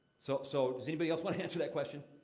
so so, does anybody else wanna answer that question?